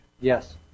Yes